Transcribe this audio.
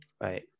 Right